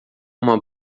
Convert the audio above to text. uma